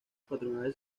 patronales